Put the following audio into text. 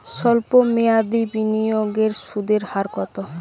সল্প মেয়াদি বিনিয়োগের সুদের হার কত?